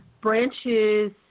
branches